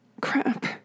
Crap